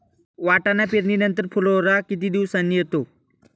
वाटाणा पेरणी नंतर फुलोरा किती दिवसांनी येतो?